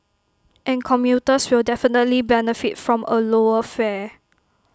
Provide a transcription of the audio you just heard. and commuters will definitely benefit from A lower fare